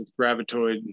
gravitoid